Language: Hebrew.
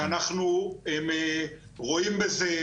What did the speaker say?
שאנחנו רואים בזה,